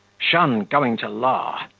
shun going to law,